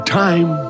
time